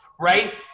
right